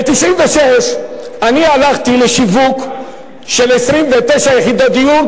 ב-1996 אני הלכתי לשיווק של 29 יחידות דיור,